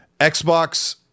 Xbox